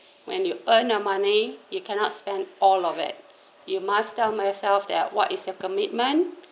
when you earn your money you cannot spend all of it you must tell myself that what is your commitment